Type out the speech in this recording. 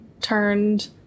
turned